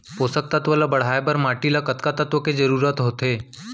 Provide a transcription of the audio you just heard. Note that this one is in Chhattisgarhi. पोसक तत्व ला बढ़ाये बर माटी म कतका तत्व के जरूरत होथे?